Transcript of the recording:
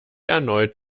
erneut